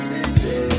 City